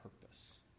purpose